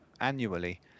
annually